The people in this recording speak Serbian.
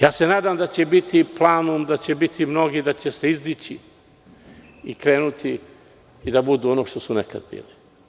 Nadam se da će biti i „Planum“, da će biti mnogi, da će se izdići i krenuti da budu ono što su nekada bili.